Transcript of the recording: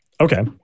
okay